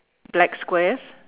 black squares